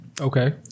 Okay